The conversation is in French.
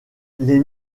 les